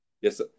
yes